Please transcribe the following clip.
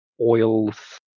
oils